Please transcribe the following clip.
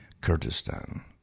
Kurdistan